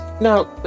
Now